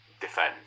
defend